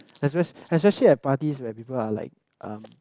espe~ especially at parties where people are like um